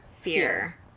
fear